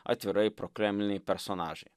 atvirai prokremliniai personažai